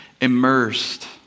immersed